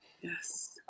yes